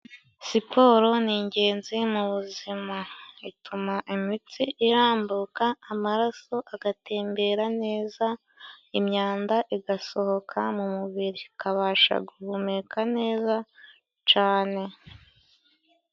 Siporo ni ingenzi mubu buzima, ituma imitsi irambuka amaraso agatembera neza, imyanda igasohoka mu mubiri ukabasha guhumeka neza cane.